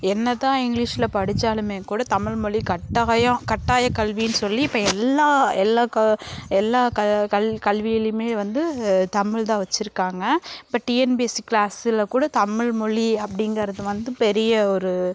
என்னதான் இங்கிலீஷில் படித்தாலுமே கூட தமிழ் மொழி கட்டாயம் கட்டாயக் கல்வினு சொல்லி இப்போ எல்லா எல்லா எல்லா கல்வியிலும் வந்து தமிழ்தான் வச்சுருக்காங்க இப்போ டிஎன்பிஎஸ்சி கிளாஸில் கூட தமிழ்மொழி அப்டிங்கிறது வந்து பெரிய ஒரு